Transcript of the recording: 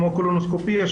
כמו קולונוסקופיה,